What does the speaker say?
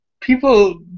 people